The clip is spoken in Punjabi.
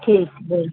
ਠੀਕ ਹੈ